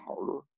harder